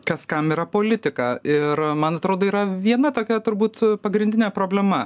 kas kam yra politika ir man atrodo yra viena tokia turbūt pagrindinė problema